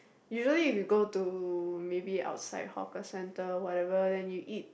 you know if you go to maybe outside hawker center whatever then you eat